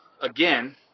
again